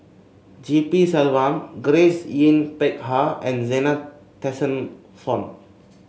G P Selvam Grace Yin Peck Ha and Zena Tessensohn